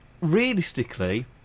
Realistically